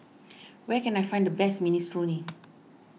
where can I find the best Minestrone